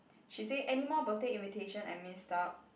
she say anymore birthday invitation I miss out